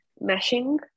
meshing